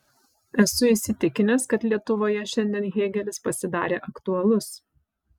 esu įsitikinęs kad lietuvoje šiandien hėgelis pasidarė aktualus